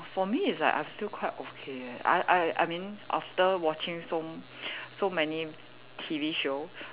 orh for me it's like I'm still quite okay eh I I I mean after watching so so many T_V show